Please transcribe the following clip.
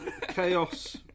Chaos